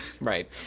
Right